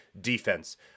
defense